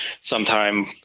sometime